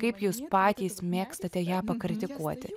kaip jūs patys mėgstate ją pakritikuoti